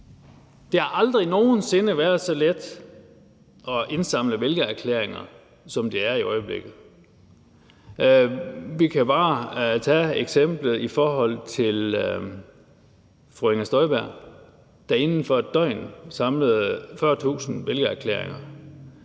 Det har aldrig nogen sinde været så let at indsamle vælgererklæringer, som det er i øjeblikket. Vi kan bare tage eksemplet med fru Inger Støjberg, der inden for 1 døgn samlede 40.000 vælgererklæringer.